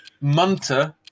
munter